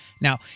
Now